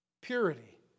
purity